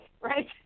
right